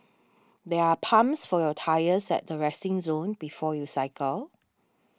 there are pumps for your tyres at the resting zone before you cycle